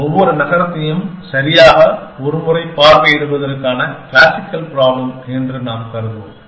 ஒவ்வொரு நகரத்தையும் சரியாக ஒரு முறை பார்வையிடுவதற்கான கிளாசிக்கல் ப்ராப்ளம் என்று நாம் கருதுவோம்